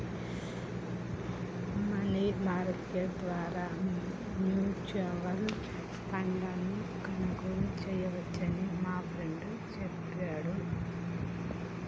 money market ద్వారా mutual ఫండ్ను కొనుగోలు చేయవచ్చని మా ఫ్రెండు చెప్పిండు